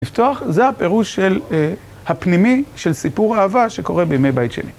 לפתוח, זה הפירוש של הפנימי של סיפור אהבה שקורה בימי בית שני.